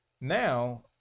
now